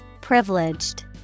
Privileged